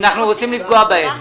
אנחנו רוצים לפגוע בהם.